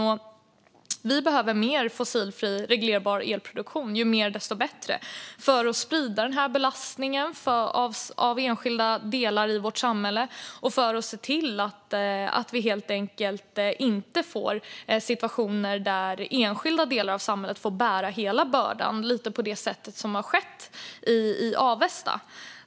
Sverige behöver mer fossilfri och reglerbar elproduktion - ju mer, desto bättre - för att sprida belastningen på enskilda delar i samhället och för att se till att det inte uppstår situationer där enskilda delar av samhället får bära hela bördan, lite på det sätt som har skett i Avesta.